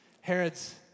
Herod's